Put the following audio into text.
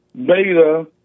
beta